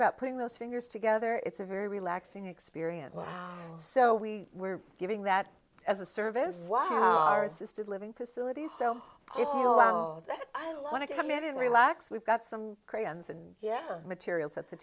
about putting those fingers together it's a very relaxing experience so we were giving that as a service system a living facility so if i want to come in and relax we've got some crayons and materials at the